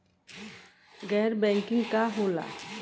गैर बैंकिंग का होला?